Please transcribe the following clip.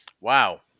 wow